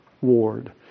ward